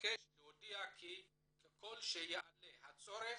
מבקש להודיע כי ככל שיעלה הצורך,